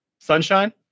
Sunshine